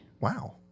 Wow